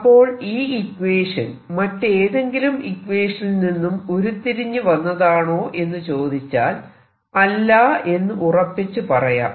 അപ്പോൾ ഈ ഇക്വേഷൻ മറ്റേതെങ്കിലും ഇക്വേഷനിൽ നിന്നും ഉരുത്തിരിഞ്ഞു വന്നതാണോ എന്ന് ചോദിച്ചാൽ അല്ല എന്ന് ഉറപ്പിച്ചു പറയാം